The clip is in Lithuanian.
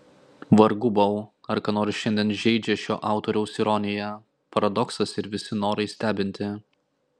vargu bau ar ką nors šiandien žeidžia šio autoriaus ironija paradoksas ir visi norai stebinti